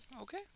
Okay